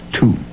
Two